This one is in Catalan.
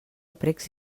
precs